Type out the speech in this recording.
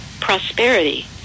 prosperity